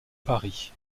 paris